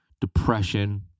depression